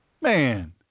Man